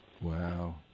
Wow